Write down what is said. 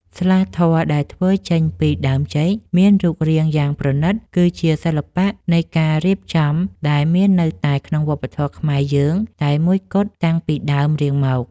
ស្លាធម៌ដែលធ្វើចេញពីដើមចេកមានរូបរាងយ៉ាងប្រណីត គឺជាសិល្បៈនៃការរៀបចំដែលមានតែនៅក្នុងវប្បធម៌ខ្មែរយើងតែមួយគត់តាំងពីដើមរៀងមក។